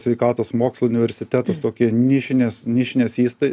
sveikatos mokslų universitetas tokie nišinės nišinės įstaig